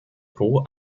pro